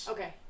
Okay